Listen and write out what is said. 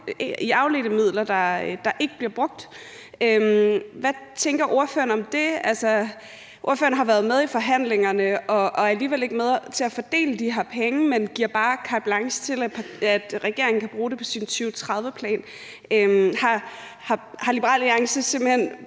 i afledte midler, der ikke bliver brugt. Hvad tænker ordføreren om det? Ordføreren har været med i forhandlingerne og er alligevel ikke med til at fordele de her penge, men giver bare carte blanche til, at regeringen kan bruge dem på sin 2030-plan. Har Liberal Alliance simpelt hen